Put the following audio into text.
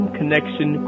Connection